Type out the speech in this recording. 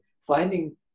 finding